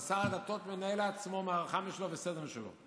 אבל שר הדתות מנהל לעצמו מערכה משלו וסדר משלו.